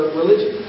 religion